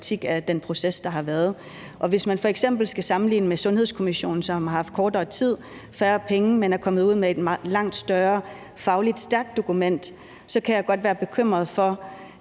af den proces, der har været. Og hvis man f.eks. sammenligner med Sundhedskommissionen, som har haft kortere tid og færre penge, men som er kommet ud med et langt større og fagligt stærkt dokument, så kan jeg godt være bekymret for,